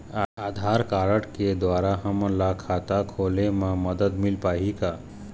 आधार card के द्वारा हमन ला खाता खोले म मदद मिल पाही का?